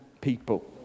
people